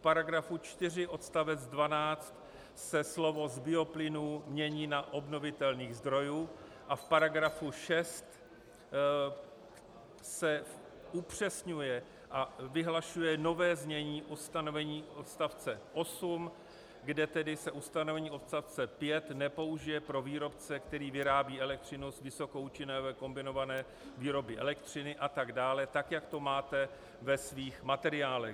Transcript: V § 4 odst. 12 se slovo z bioplynu mění na obnovitelných zdrojů a v § 6 se upřesňuje a vyhlašuje nové znění ustanovení odst. 8, kde se ustanovení odst. 5 nepoužije pro výrobce, který vyrábí elektřinu z vysokoúčinné kombinované výroby elektřiny, a tak dále, tak jak to máte ve svých materiálech.